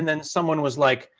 and then someone was like,